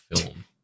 film